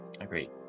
Agreed